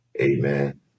Amen